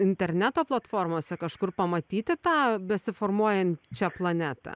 interneto platformose kažkur pamatyti tą besiformuojančią planetą